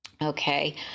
Okay